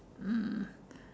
mm